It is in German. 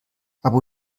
abu